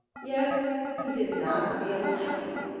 yet he did not feel happy.